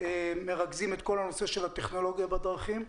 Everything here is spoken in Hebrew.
מרכז את כל הנושא של הטכנולוגיה בדרכים,